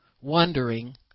Wondering